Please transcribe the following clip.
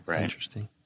interesting